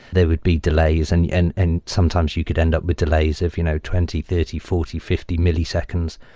there would be delays and yeah and and sometimes you could end up with delays if you know twenty, thirty, forty, fifty milliseconds,